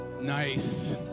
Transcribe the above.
Nice